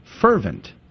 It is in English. fervent